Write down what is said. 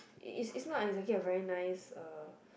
it's it's not a exactly a very nice a